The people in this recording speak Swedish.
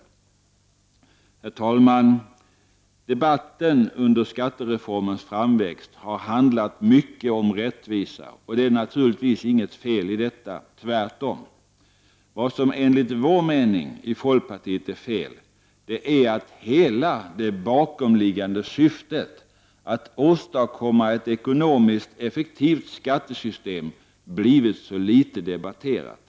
Herr talman! Debatten under skattereformens framväxt har handlat mycket om rättvisa, och det är naturligtvis inget fel i detta. Tvärtom. Vad som enligt folkpartiets mening är fel är att hela det bakomliggande syftet, att Prot. 1989/90:140 åstadkomma ett ekonomiskt effektivt skattesystem, blivit så litet debatterat.